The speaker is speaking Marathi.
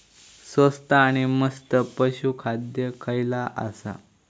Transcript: स्वस्त आणि मस्त पशू खाद्य खयला आसा?